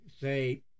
say